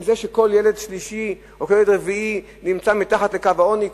עם זה שכל ילד שלישי או כל ילד רביעי נמצא מתחת לקו העוני?